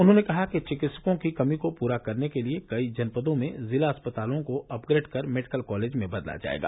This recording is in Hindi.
उन्होंने कहा कि विकित्सकों की कमी को पूरा करने के लिए कई जनपदों में जिला अस्पतालों को अपग्रेड कर मेडिकल कॉलेज में बदला जाएगा